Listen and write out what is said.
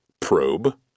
probe